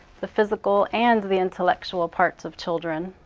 the physical and the intellectual parts of children.